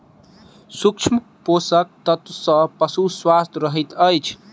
सूक्ष्म पोषक तत्व सॅ पशु स्वस्थ रहैत अछि